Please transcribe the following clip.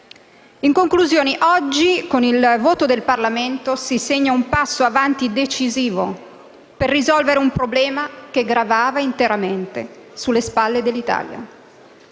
In conclusione, oggi, con il voto del Parlamento si segna un decisivo passo in avanti per risolvere un problema che gravava interamente sulle spalle dell'Italia.